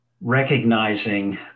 recognizing